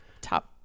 top